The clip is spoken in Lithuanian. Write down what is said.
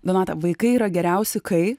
donatą vaikai yra geriausi kai